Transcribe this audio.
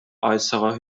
äußere